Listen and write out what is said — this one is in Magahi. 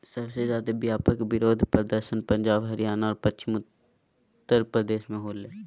सबसे ज्यादे व्यापक विरोध प्रदर्शन पंजाब, हरियाणा और पश्चिमी उत्तर प्रदेश में होलय